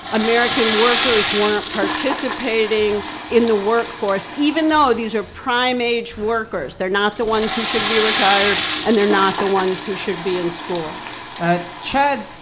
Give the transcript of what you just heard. american workers weren't participating in the workforce even though these are prime-age workers. they're not the ones who should be retired, and they're not the ones who should be in school ah chad,